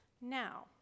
now